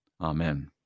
Amen